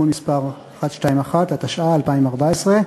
התשע"ה 2014,